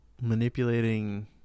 manipulating